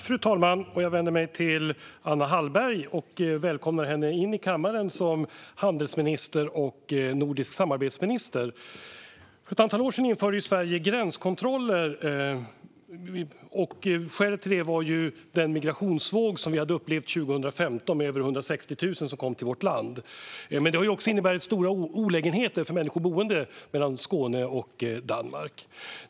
Fru talman! Jag vänder mig till Anna Hallberg och välkomnar henne in i kammaren som handelsminister och nordisk samarbetsminister. För ett antal år sedan införde Sverige gränskontroller. Skälet till det var den migrationsvåg som vi hade upplevt 2015 med över 160 000 som kom till vårt land. Men det har också inneburit stora olägenheter för människor boende i Skåne och Danmark.